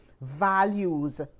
values